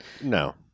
No